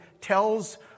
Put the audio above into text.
tells